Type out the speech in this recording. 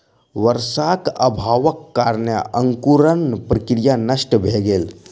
वर्षाक अभावक कारणेँ अंकुरण प्रक्रिया नष्ट भ गेल